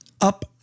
up